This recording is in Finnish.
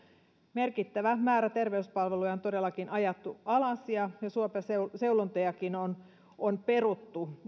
merkittävä määrä terveyspalveluja on todellakin ajettu alas ja ja syöpäseulontojakin on on peruttu